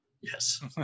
Yes